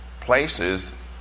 places